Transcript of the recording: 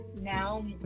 now